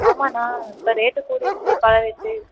ஆமாண்ணா இப்போ ரேட்டு கூடிருச்சு பழ ரேட்டு